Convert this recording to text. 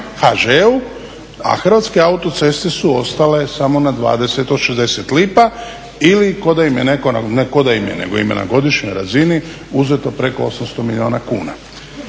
HŽ-u, a Hrvatske autoceste su ostale samo na 20 od 60 lipa ili ko da im je netko, ne ko da im je, nego im je na godišnjoj razini uzeto preko 800 milijuna kuna.